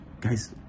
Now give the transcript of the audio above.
guys